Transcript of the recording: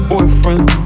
Boyfriend